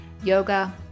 yoga